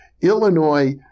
Illinois